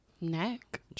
neck